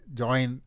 join